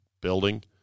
building